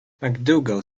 macdougall